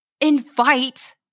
invite